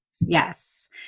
Yes